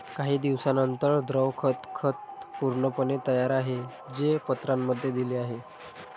काही दिवसांनंतर, द्रव खत खत पूर्णपणे तयार आहे, जे पत्रांमध्ये दिले आहे